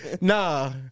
Nah